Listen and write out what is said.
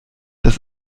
das